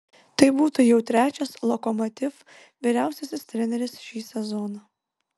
tai būtų jau trečias lokomotiv vyriausiasis treneris šį sezoną